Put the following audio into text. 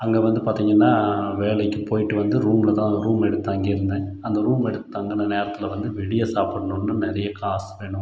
அங்கே வந்து பார்த்தீங்கன்னா வேலைக்கு போய்ட்டு வந்து ரூமில் தான் ரூம் எடுத்து தங்கியிருந்தேன் அந்த ரூம் எடுத்து தங்கின நேரத்தில் வந்து வெளியே சாப்புடணுன்னா நிறைய காசு வேணும்